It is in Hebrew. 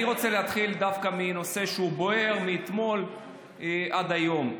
אני רוצה להתחיל דווקא מנושא בוער מאתמול ועד היום.